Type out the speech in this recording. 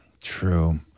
True